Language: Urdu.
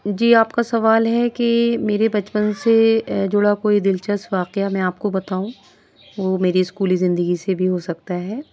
جی آپ کا سوال ہے کہ میرے بچپن سے جڑا کوئی دلچسپ واقعہ میں آپ کو بتاؤں وہ میری اسکولی زندگی سے بھی ہو سکتا ہے